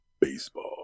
baseball